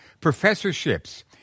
professorships